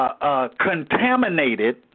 Contaminated